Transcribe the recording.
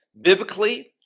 biblically